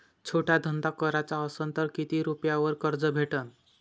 छोटा धंदा कराचा असन तर किती रुप्यावर कर्ज भेटन?